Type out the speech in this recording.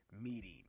meeting